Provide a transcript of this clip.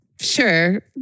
sure